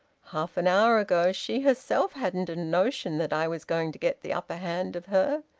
half an hour ago she herself hadn't a notion that i was going to get the upper hand of her.